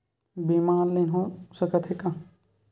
बीमा ऑनलाइन हो सकत हे का?